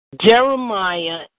Jeremiah